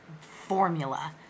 formula